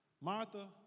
Martha